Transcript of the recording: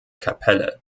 kapelle